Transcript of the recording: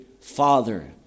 father